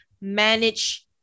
manage